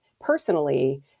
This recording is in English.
personally